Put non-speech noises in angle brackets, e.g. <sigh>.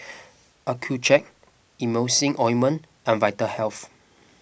<noise> Accucheck Emulsying Ointment and Vitahealth